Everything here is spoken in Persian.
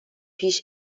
پیش